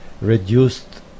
reduced